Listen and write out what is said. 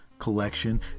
Collection